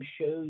shows